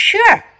Sure